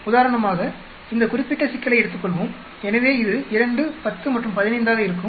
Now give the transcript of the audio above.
உதாரணமாக இந்த குறிப்பிட்ட சிக்கலை எடுத்துக்கொள்வோம் எனவே இது 2 10 மற்றும் 15 ஆக இருக்கும்